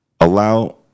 Allow